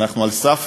אבל אנחנו על סף